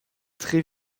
très